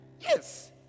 Yes